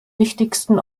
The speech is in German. wichtigsten